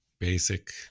basic